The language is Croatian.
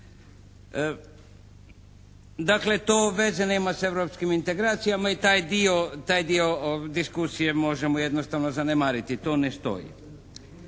Dakle to veze nema sa europskim integracijama i taj dio diskusije možemo jednostavno zanemariti. To ne stoji.